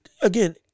again